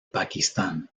pakistán